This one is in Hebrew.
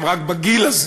הם בגיל הזה,